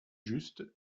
juste